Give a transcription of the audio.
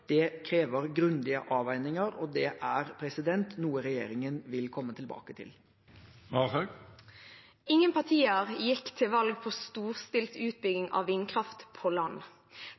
krever grundige avveininger. Dette er noe regjeringen vil komme tilbake til. Ingen partier gikk til valg på storstilt utbygging av vindkraft på land.